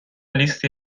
لیستی